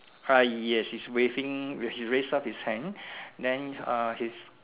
uh yes he's raising raise he raise up his hand then uh his